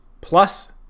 plus